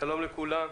שלום לכולם,